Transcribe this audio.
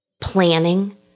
planning